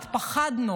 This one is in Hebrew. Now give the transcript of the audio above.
פחד,